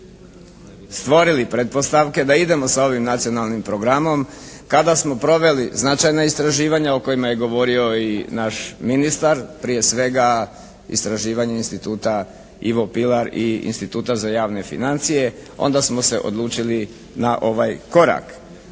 stvorili pretpostavke da idemo sa ovim Nacionalnim programom, kada smo proveli značajna istraživanja o kojima je govorio i naš ministar, prije svega istraživanje Instituta "Ivo Pilar" i Instituta za javne financije onda smo se odlučili na ovaj korak.